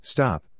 Stop